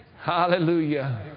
Hallelujah